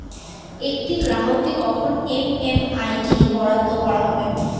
একটি গ্রাহককে কখন এম.এম.আই.ডি বরাদ্দ করা হবে?